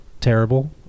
terrible